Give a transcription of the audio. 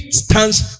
stands